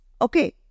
Okay